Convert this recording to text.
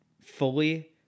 fully